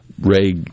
ray